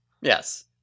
Yes